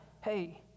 hey